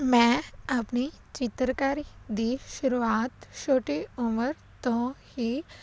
ਮੈਂ ਆਪਣੀ ਚਿੱਤਰਕਾਰੀ ਦੀ ਸ਼ੁਰੂਆਤ ਛੋਟੀ ਉਮਰ ਤੋਂ ਹੀ